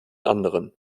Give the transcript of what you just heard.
anderen